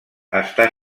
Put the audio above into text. està